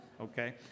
Okay